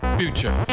future